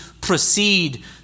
proceed